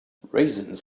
raisins